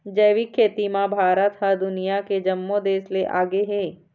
जैविक खेती म भारत ह दुनिया के जम्मो देस ले आगे हे